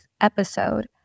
episode